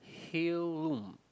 heirloom